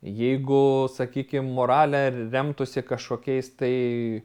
jeigu sakykim moralė remtųsi kažkokiais tai